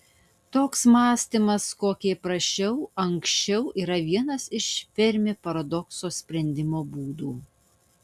toks mąstymas kokį aprašiau aukščiau yra vienas iš fermi paradokso sprendimo būdų